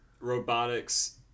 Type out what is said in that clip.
robotics